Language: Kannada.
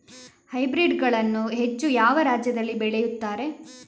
ಹೈಬ್ರಿಡ್ ಗಳನ್ನು ಹೆಚ್ಚು ಯಾವ ರಾಜ್ಯದಲ್ಲಿ ಬೆಳೆಯುತ್ತಾರೆ?